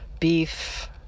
beef